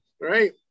right